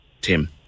Tim